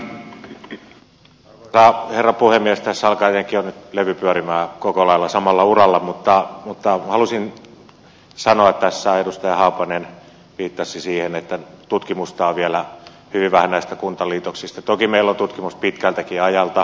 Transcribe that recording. tässä alkaa jotenkin jo nyt levy pyöriä koko lailla samalla uralla mutta halusin sanoa tässä että kun edustaja haapanen viittasi siihen että tutkimusta on vielä hyvin vähän näistä kuntaliitoksista niin toki meillä on tutkimusta pitkältäkin ajalta